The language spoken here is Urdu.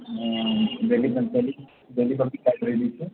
اں دہلی دہلی پبلک لائبریری سے